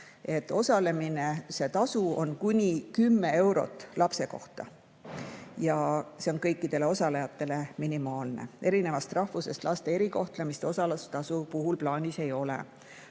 ja osalemistasu on kuni 10 eurot lapse kohta ja see on kõikidele osalejatele minimaalne. Erinevast rahvusest laste erikohtlemist osalustasu puhul plaanis ei ole.